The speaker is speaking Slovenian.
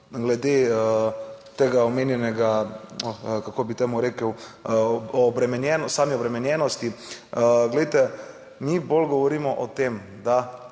glede tega omenjenega, kako bi temu rekel, same obremenjenosti. Glejte, mi bolj govorimo o tem, da